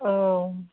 औ